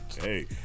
Hey